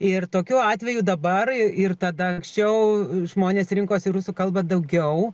ir tokiu atveju dabar ir tada anksčiau žmonės rinkosi rusų kalbą daugiau